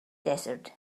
desert